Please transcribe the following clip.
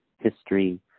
History